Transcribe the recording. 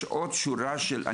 יש עוד שורה של מקצועות.